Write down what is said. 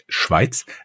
Schweiz